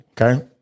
Okay